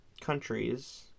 countries